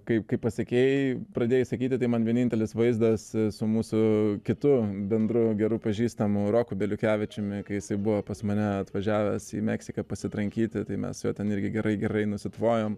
kaip kai pasekėjai pradėjo sakyti tai man vienintelis vaizdas su mūsų kitu bendru geru pažįstamu roku beliukevičiumi kai jis buvo pas mane atvažiavęs į meksiką pasitrankyti tai mes su juo ten irgi gerai gerai nusitvojom